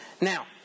Now